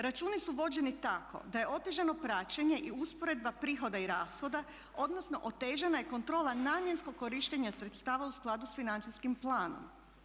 Računi su vođeni tako da je otežano praćenje i usporedba prihoda i rashoda odnosno otežana je kontrola namjenskog korištenja sredstava u skladu s financijskim planom.